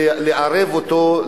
לערב אותו,